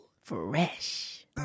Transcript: Fresh